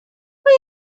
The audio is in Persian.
آیا